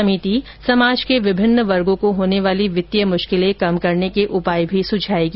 सभिति समाज के विभिन्न वर्गों को होने वाली वित्तीय मुश्किलें कम करने के उपाय भी सुझाएगी